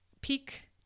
peak